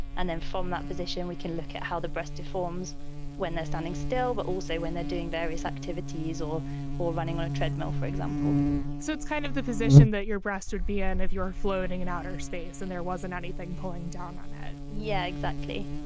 and then from that position, we can look at how the breast deforms when they're standing still, but also when they're doing various activities or or running on a treadmill, for example so it's kind of the position that your breast would be on if you're floating in outer space and there wasn't anything pulling down on it. yeah, exactly.